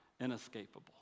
inescapable